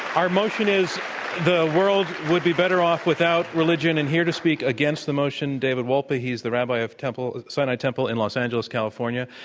our motion is the world would be better off without religion, and here to speak against the motion, david wolpe. he's the rabbi of sinai temple in los angeles, california.